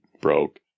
broke